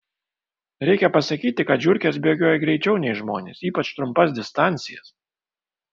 reikia pasakyti kad žiurkės bėgioja greičiau nei žmonės ypač trumpas distancijas